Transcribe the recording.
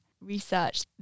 research